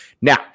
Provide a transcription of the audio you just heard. Now